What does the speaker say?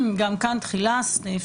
(6) אחרי פרט (50) יבוא: (51) שבדיה.